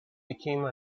became